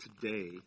today